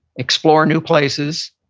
explore new places.